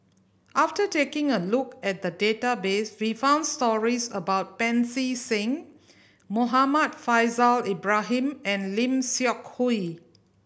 after taking a look at the database we found stories about Pancy Seng Muhammad Faishal Ibrahim and Lim Seok Hui